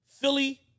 Philly